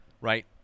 right